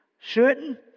Certain